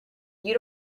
you